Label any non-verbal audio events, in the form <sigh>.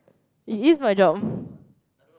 it is my job <breath>